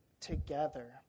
together